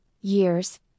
years